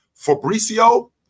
Fabricio